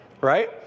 right